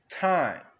time